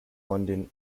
london